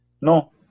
No